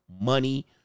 money